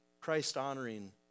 Christ-honoring